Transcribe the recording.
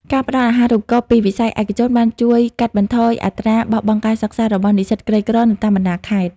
ការផ្តល់ អាហារូបករណ៍ ពីវិស័យឯកជនបានជួយកាត់បន្ថយអត្រាបោះបង់ការសិក្សារបស់និស្សិតក្រីក្រនៅតាមបណ្តាខេត្ត។